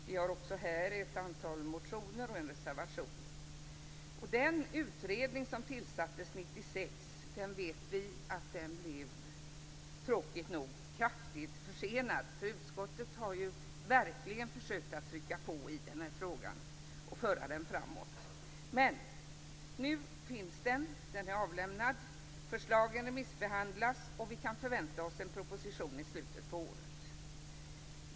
Vi har också här ett antal motioner och en reservation. Den utredning som tillsattes 1996 blev tråkigt nog kraftigt försenad. Utskottet har verkligen försökt att trycka på i frågan och föra den framåt. Nu är utredningen avlämnad. Förslagen remissbehandlas, och vi kan förvänta oss en proposition i slutet av året.